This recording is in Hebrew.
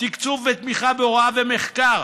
תקצוב ותמיכה בהוראה ומחקר,